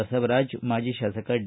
ಬಸವರಾಜ್ ಮಾಜಿ ಶಾಸಕ ಡಿ